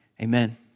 Amen